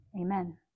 amen